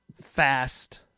fast